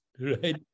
right